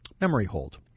memory-hold